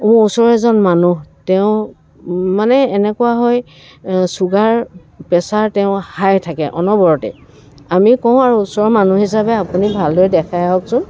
মোৰ ওচৰৰ এজন মানুহ তেওঁ মানে এনেকুৱা হয় ছুগাৰ প্ৰেছাৰ তেওঁৰ হাই থাকে অনবৰতে আমি কওঁ আৰু ওচৰ মানুহ হিচাপে আপুনি ভালদৰে দেখাই আহকচোন